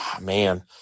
man